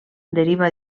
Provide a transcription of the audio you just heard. deriva